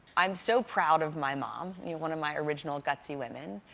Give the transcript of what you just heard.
i'm so proud of my mom. you're one of my original gutsy women.